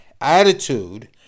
attitude